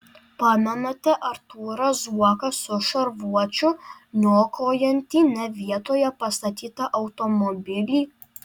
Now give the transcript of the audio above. pamenate artūrą zuoką su šarvuočiu niokojantį ne vietoje pastatytą automobilį